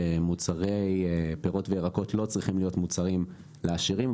שמוצרי פירות וירקות לא צריכים להיות מוצרים לעשירים,